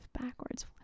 backwards